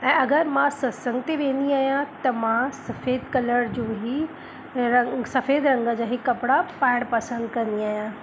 ऐं अगरि मां सत्संग ते वेंदी आहियां त मां सफ़ेद कलर जो ई रंग सफ़ेद रंग जा ई कपिड़ा पाइणु पसंदि कंदी आहियां